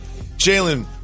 Jalen